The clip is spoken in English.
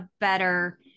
better